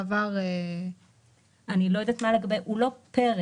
עובדים עם רכב צמוד, זה לא חלק